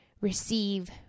receive